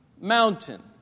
mountain